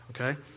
okay